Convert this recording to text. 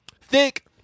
thick